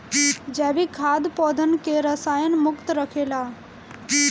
जैविक खाद पौधन के रसायन मुक्त रखेला